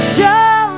Show